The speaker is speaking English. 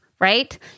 right